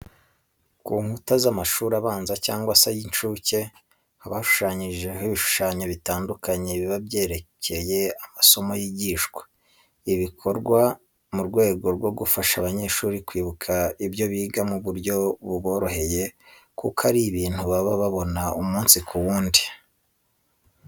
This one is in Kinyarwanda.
Ku nkuta z'amashuri abanza cyangwa se ay'incuke haba hashushanyijeho ibishushanyo bitandukanye biba byerekeye amasomo yigishwa. Ibi bikorwa mu rwego rwo gufasha abanyeshuri kwibuka ibyo biga mu buryo buboroheye kuko ari ibintu baba babona umunsi ku wundi.